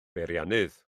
beiriannydd